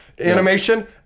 Animation